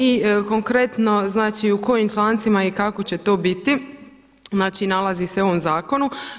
I konkretno znači u kojim člancima i kako će to biti, znači nalazi se u ovom zakonu.